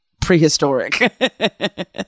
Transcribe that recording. prehistoric